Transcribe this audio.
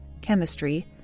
chemistry